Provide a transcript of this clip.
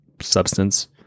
substance